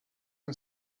and